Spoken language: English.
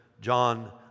John